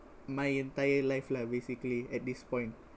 my entire life lah basically at this point